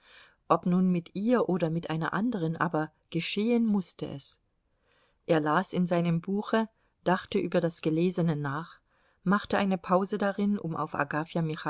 ob nun mit ihr oder mit einer anderen aber geschehen mußte es er las in seinem buche dachte über das gelesene nach machte eine pause darin um auf agafja